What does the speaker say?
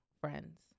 friends